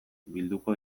bilduko